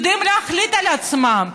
יודעים להחליט על עצמם,